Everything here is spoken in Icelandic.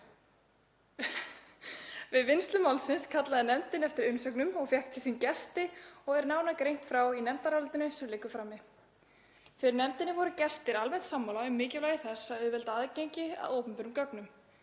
Við vinnslu málsins kallaði nefndin eftir umsögnum og fékk til sín gesti og er nánar greint frá því í nefndarálitinu sem liggur frammi. Fyrir nefndinni voru gestir almennt sammála um mikilvægi þess að auðvelda aðgengi að opinberum gögnum.